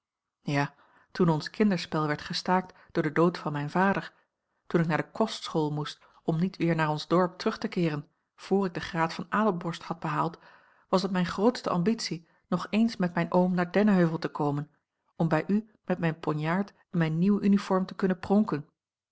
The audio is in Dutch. ja toen ons kinderspel werd gestaakt door den dood van mijn vader toen ik naar de kostschool moest om niet weer naar ons dorp terug te keeren voor ik den graad van adelborst had behaald was het mijn grootste ambitie nog eens met mijn oom naar dennenheuvel te komen om bij u met mijn ponjaard en mijne nieuwe uniform te kunnen pronken